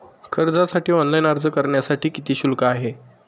कर्जासाठी ऑनलाइन अर्ज करण्यासाठी किती शुल्क आहे?